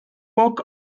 bock